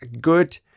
good